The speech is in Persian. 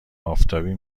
آفتابی